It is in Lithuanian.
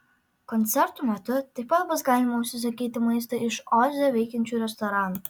koncertų metu taip pat bus galima užsisakyti maistą iš oze veikiančių restoranų